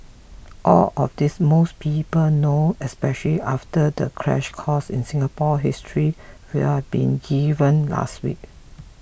all of this most people know especially after the crash course in Singapore history we've been given last week